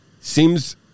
Seems